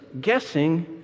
guessing